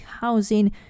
housing